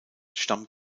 stammt